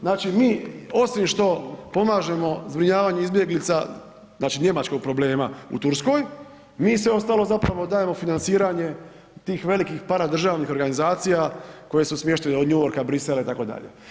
Znači osim što pomažemo zbrinjavanju izbjeglica, znači njemačkog problema u Turskoj, mi sve ostalo zapravo dajemo financiranje tih velikih paradržavnih organizacija koje su smještene od New Yorka, Bruxellesa itd.